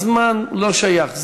הזמן לא שייך,